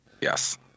yes